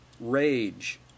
rage